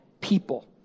people